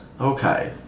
Okay